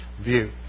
view